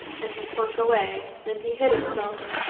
and he slunk away, and he hid himself.